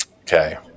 Okay